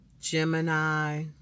gemini